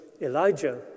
Elijah